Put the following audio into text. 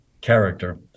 character